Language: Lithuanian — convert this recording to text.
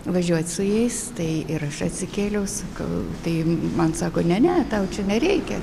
važiuot su jais tai ir aš atsikėliau sakau tai man sako ne ne tau čia nereikia